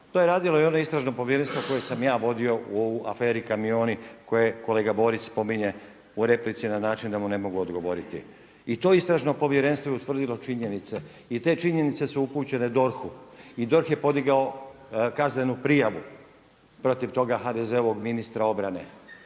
To je i radilo ono istražno povjerenstvo koje sam ja vodio u aferi Kamioni koje kolega Borić spominje u replici na način da mu ne mogu odgovoriti. I to je istražno povjerenstvo utvrdilo činjenice i te činjenice su upućene DORH-u i DORH je podigao kaznenu prijavu protiv toga HDZ-ovog ministra obrane